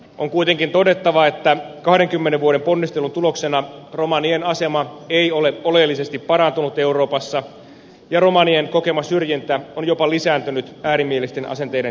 on kuitenkin todettava että kahdenkymmenen vuoden ponnistelun tuloksena romanien asema ei ole oleellisesti parantunut euroopassa ja romanien kokema syrjintä on jopa lisääntynyt äärimielisten asenteiden tiukentuessa